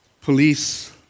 police